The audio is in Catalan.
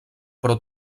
però